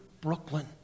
Brooklyn